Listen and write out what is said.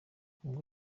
ubwo